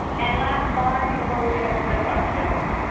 and last slide before we get to the questions.